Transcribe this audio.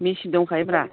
machine दंखायोब्रा